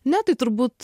ne tai turbūt